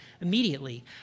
immediately